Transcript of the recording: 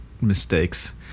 mistakes